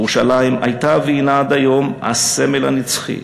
ירושלים הייתה והנה עד היום הסמל הנצחי,